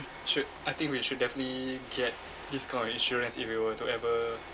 should I think we should definitely get this kind of insurance if we were to ever